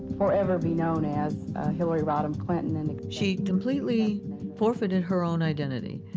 forever be known as hillary rodham clinton. and she completely forfeited her own identity,